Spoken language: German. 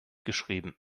geschrieben